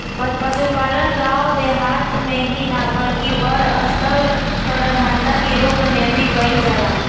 पसुपालन गाँव देहात मे ही ना बल्कि बड़ अस्तर पर धंधा के रुप मे भी कईल जाला